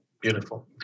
Beautiful